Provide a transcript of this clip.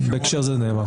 בהקשר הזה זה נאמר.